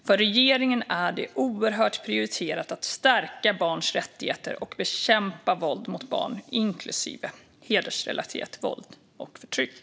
För regeringen är det oerhört prioriterat att stärka barns rättigheter och bekämpa våld mot barn, inklusive hedersrelaterat våld och förtryck.